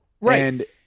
Right